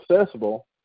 accessible